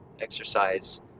exercise